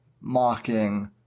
mocking